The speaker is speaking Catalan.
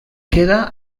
queda